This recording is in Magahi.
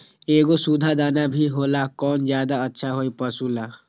एगो सुधा दाना भी होला कौन ज्यादा अच्छा होई पशु ला?